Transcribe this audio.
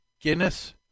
Guinness